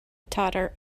tatar